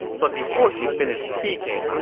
but before she finished speaking,